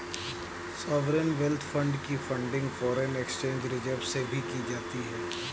sovereign wealth fund की funding foreign exchange reserves से भी की जाती है